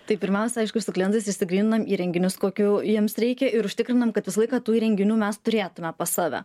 tai pirmiausia aišku su klientais išsigryninam įrenginius kokių jiems reikia ir užtikrinam kad visą laiką tų įrenginių mes turėtume pas save